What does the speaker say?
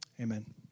Amen